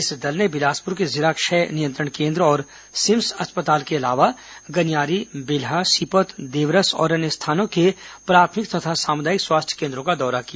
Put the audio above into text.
इस दल ने बिलासपुर के जिला क्षय नियंत्रण केन्द्र और सिम्स अस्पताल के अलावा गनियारी बिल्हा सीपत देवरस और अन्य स्थानों के प्राथमिक तथा सामुदायिक स्वास्थ्य केन्द्रों का दौरा किया